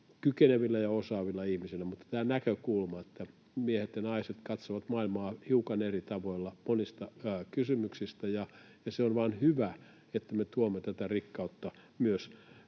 kykenevillä ja osaavilla ihmisillä. Mutta tämä näkökulma, että miehet ja naiset katsovat maailmaa hiukan eri tavoilla monissa kysymyksissä: se on vain hyvä, että me tuomme tätä rikkautta myös